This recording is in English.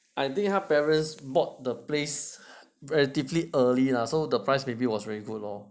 I think 他 parents bought the place relatively early lah so the price was very good lor